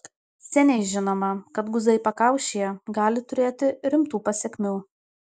seniai žinoma kad guzai pakaušyje gali turėti rimtų pasekmių